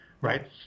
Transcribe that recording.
right